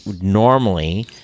Normally